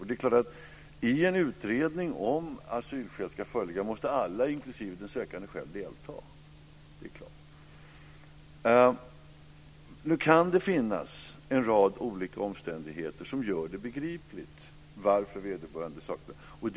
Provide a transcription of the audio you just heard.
Det är klart att i en utredning om huruvida asylskäl ska föreligga måste alla, inklusive den sökande själv, delta. Det kan finnas en rad olika omständigheter som gör det begripligt att vederbörande saknar handlingar.